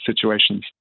situations